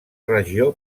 regió